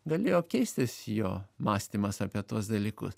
galėjo keistis jo mąstymas apie tuos dalykus